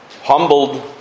humbled